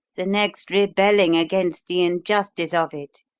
the next rebelling against the injustice of it.